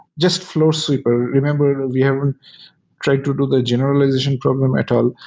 just floor sweeper. remember, we haven't try to do the generalization problem at all.